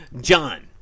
John